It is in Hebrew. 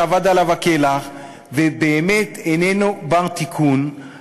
שאבד עליו הכלח ובאמת איננו בר-תיקון,